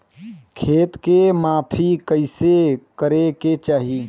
खेत के माफ़ी कईसे करें के चाही?